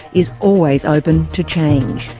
is always open to change.